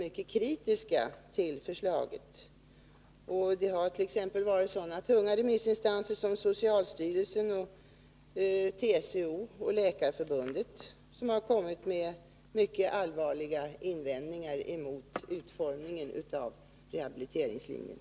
Det gäller t.ex. sådana tunga remissinstanser som socialstyrelsen, TCO och Läkarförbundet. De har kommit med mycket allvarliga invändningar mot utformningen av rehabiliteringslinjen.